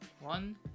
One